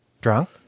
drunk